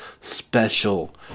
special